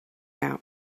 out